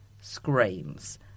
screams